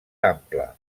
ample